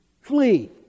Flee